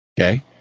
Okay